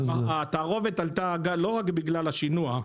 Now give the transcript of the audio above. התערובת עלתה לא רק בגלל השינוע.